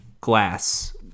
glass